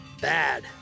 bad